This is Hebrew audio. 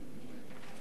כהצעת